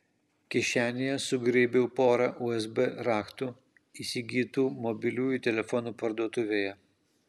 kišenėje sugraibiau porą usb raktų įsigytų mobiliųjų telefonų parduotuvėje